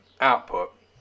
output